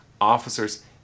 officers